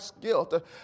guilt